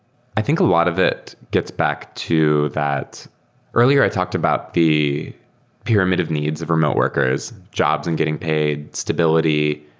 i think a lot of it gets back to that earlier i talked about the pyramid of needs of remote workers, jobs and getting paid, stability,